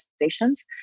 organizations